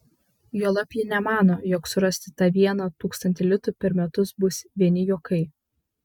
juolab ji nemano jog surasti tą vieną tūkstantį litų per metus bus vieni juokai